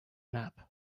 nap